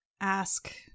ask